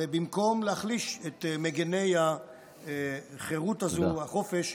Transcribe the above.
ובמקום להחליש את מגיני החירות הזאת או החופש,